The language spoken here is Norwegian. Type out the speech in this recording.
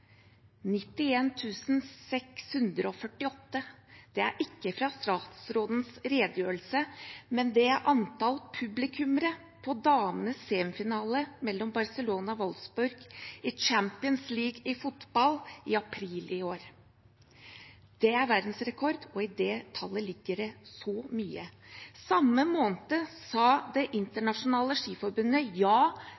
tall: 91 648. Det er ikke fra statsrådens redegjørelse, men det er antall publikummere på damenes semifinale mellom Barcelona og Wolfsburg i Champions League i fotball i april i år. Det er verdensrekord, og i det tallet ligger det så mye. Samme måned sa Det